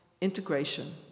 integration